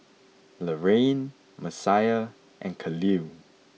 Laraine Messiah and Kahlil